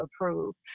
approved